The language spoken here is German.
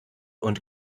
und